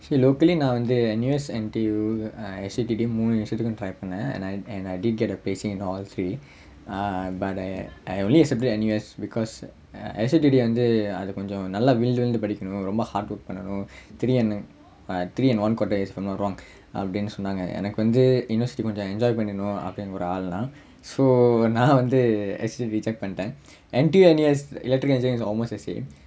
see locally nowadays N_U_S N_T_U I err S_U_T_D மூணு விஷயத்துக்கும்:moonu vishayathukkum try பண்ணேன்:pannaen and I and I did get a placing in all three uh but I I only accepted N_U_S because uh S_U_T_D வந்து அது கொஞ்சம் நல்லா விழுந்து விழுந்து படிக்கனும் ரொம்ப:vanthu athu konjam vilunthu vilunthu padikkanum romba hardwork பண்ணனும்:pannanum three and three and one quarter if I'm not wrong அப்படின்னு சொன்னாங்க எனக்கு வந்து:appadinnu sonnaanga enakku vanthu university கொஞ்சம்:konjam enjoy பண்ணனும் அப்படின்னு ஒரு ஆள் நா:pannanum appadinnu oru aal naa so நா வந்து:naa vanthu S_U_T_D reject பண்ணிடேன்:pannittaen N_T_U N_U_S electrical engineering is almost the same